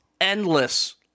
endless